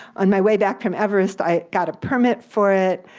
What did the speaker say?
on my way back from everest i got a permit for it.